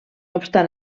obstant